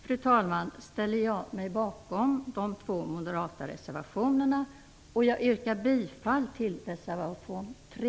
Fru talman! Härmed ställer jag mig bakom de två moderata reservationerna. Jag yrkar bifall till reservation 3.